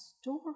story